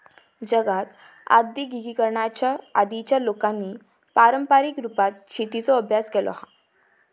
जगात आद्यिगिकीकरणाच्या आधीच्या लोकांनी पारंपारीक रुपात शेतीचो अभ्यास केलो हा